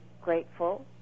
grateful